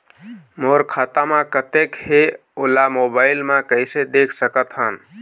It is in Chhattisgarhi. मोर खाता म कतेक हे ओला मोबाइल म कइसे देख सकत हन?